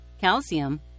calcium